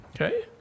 Okay